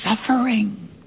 suffering